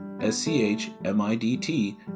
S-C-H-M-I-D-T